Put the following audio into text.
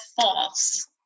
false